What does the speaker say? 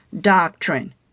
doctrine